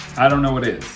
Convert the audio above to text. i don't know what is.